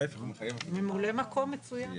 ממלא מקום, מצוין.